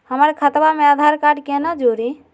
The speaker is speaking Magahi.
हमर खतवा मे आधार कार्ड केना जुड़ी?